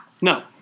No